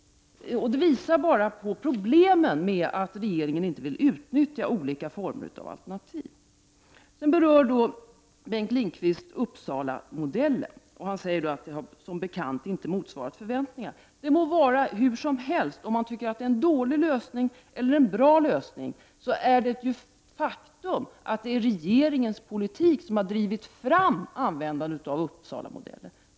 Det visar bara på problemen med att regeringen inte vill utnyttja olika former av alternativ. Sedan berör Bengt Lindqvist Uppsalamodellen. Han säger att den som bekant inte har motsvarat förväntningarna. Det må vara hur som helst med det. Man kan tycka att det är en dålig lösning eller en bra lösning. Faktum är att det är regeringens politik som har drivit fram användandet av Uppsalamodellen.